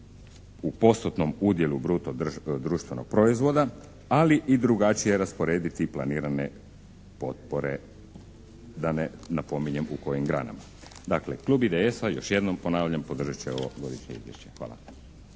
u postotnom udjelu bruto društvenog proizvoda, ali i drugačije rasporediti planirane potpore, da ne napominjem u kojim granama. Dakle, Klub IDS-a još jednom ponavljam podržat će ovo godišnje izvješće. Hvala.